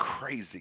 Crazy